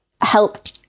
help